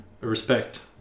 respect